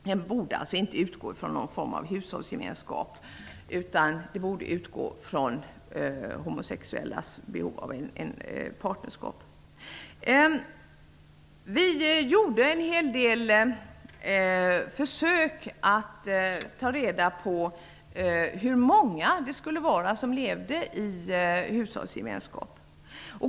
Lagen borde alltså inte utgå från hushållsgemenskap, utan från homosexuellas behov av partnerskap. Vi gjorde en hel del försök att ta reda på hur många som levde i hushållsgemenskap.